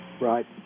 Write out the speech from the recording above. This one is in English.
Right